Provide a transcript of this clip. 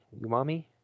umami